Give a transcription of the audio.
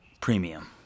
premium